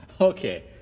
Okay